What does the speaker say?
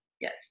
Yes